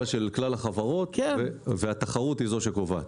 של כלל החברות והתחרות היא זו שקובעת.